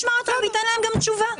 שיטת